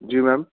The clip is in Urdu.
جی میم